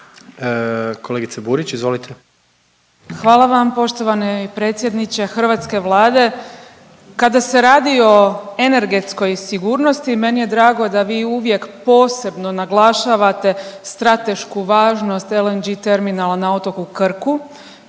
izvolite. **Burić, Majda (HDZ)** Hvala vam. Poštovani predsjedniče hrvatske Vlade, kada se radi o energetskoj sigurnosti meni je drago da vi uvijek posebno naglašavate stratešku važnost LNG terminala na Otoku Krku,